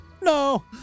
no